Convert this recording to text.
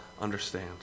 understand